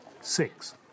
six